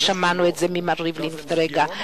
ושמענו זאת ממר ריבלין כרגע.